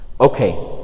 Okay